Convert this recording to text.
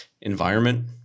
environment